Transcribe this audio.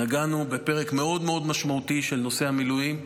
נגענו בפרק מאוד מאוד משמעותי של נושא המילואים,